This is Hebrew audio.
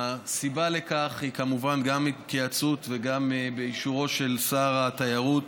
הסיבה לכך היא כמובן גם התייעצות וגם אישורו של שר התיירות